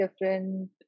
different